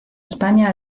españa